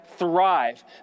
Thrive